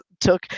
took